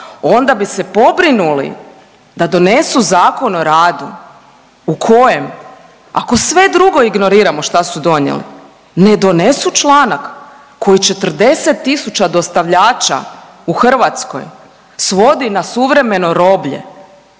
onda bi se pobrinuli da donesu Zakon o radu u kojem ako sve drugo ignoriramo šta su donijeli ne donesu članak koji 40 000 dostavljača u Hrvatskoj svodi na suvremeno roblje.